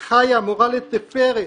חיה, מורה לתפארת,